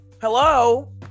hello